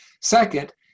Second